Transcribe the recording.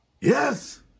Yes